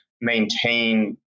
maintain